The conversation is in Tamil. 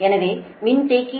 எனவே இது ஒரு பின்தங்கிய லோடு